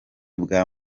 bwa